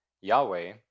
Yahweh